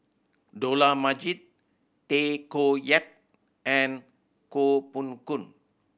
Dollah Majid Tay Koh Yat and Koh Poh Koon